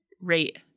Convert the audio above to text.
rate